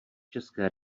české